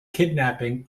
kidnapping